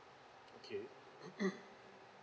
okay